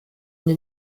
une